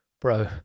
Bro